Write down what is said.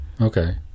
Okay